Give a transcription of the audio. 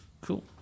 Cool